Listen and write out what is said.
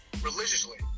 religiously